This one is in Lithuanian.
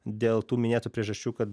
dėl tų minėtų priežasčių kad